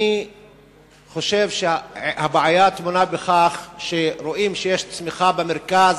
אני חושב שהבעיה טמונה בכך שרואים שיש צמיחה במרכז,